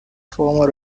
former